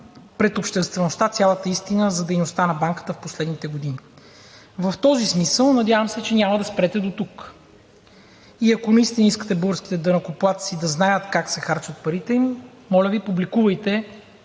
пред обществеността цялата истина за дейността на Банката в последните години. В този смисъл, надявам се, че няма да спрете дотук. И ако наистина искате българските данъкоплатци да знаят как се харчат парите им, моля Ви, публикувайте